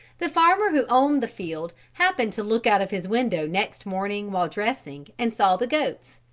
the farmer who owned the field happened to look out of his window next morning while dressing and saw the goats.